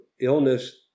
illness